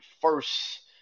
first